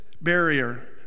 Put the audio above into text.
barrier